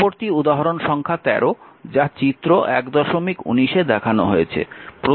পরবর্তী উদাহরণ সংখ্যা 13 যা চিত্র 119 এ দেখানো হয়েছে